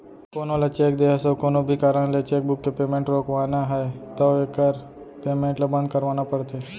कोनो ल चेक दे हस अउ कोनो भी कारन ले चेकबूक के पेमेंट रोकवाना है तो एकर पेमेंट ल बंद करवाना परथे